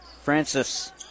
Francis